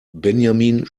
benjamin